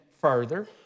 further